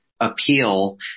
appeal